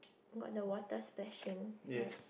got the water splashing right